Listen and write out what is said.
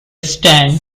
stand